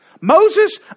Moses